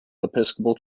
episcopal